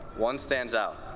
one stands out.